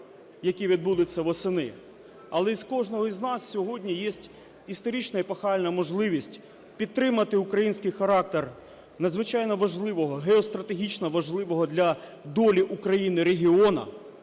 які відбудуться восени. Але у кожного із нас сьогодні є історична, епохальна можливість підтримати український характер надзвичайно важливого, геостратегічно важливого для долі України регіону,